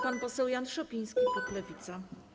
Pan poseł Jan Szopiński, klub Lewica.